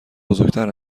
بزرگتر